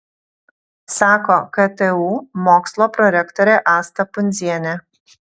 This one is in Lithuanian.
sako ktu mokslo prorektorė asta pundzienė